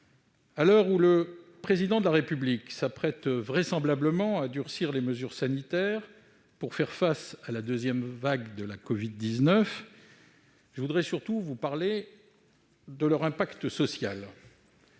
À l'heure où le Président de la République s'apprête vraisemblablement à durcir les mesures sanitaires pour faire face à la deuxième vague de la covid-19, je voudrais surtout vous parler de leur impact social.